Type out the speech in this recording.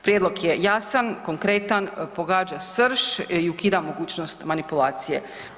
Prijedlog je jasan, konkretan, pogađa srž i ukida mogućnost manipulacije.